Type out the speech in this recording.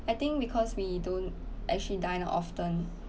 I think because we don't actually dine often